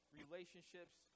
relationships